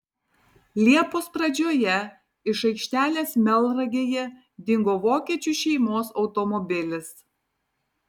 liepos pradžioje iš aikštelės melnragėje dingo vokiečių šeimos automobilis